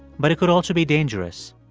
but it could also be dangerous.